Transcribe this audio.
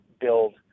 build